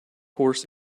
horse